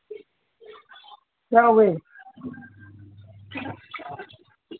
ꯌꯥꯎꯋꯦ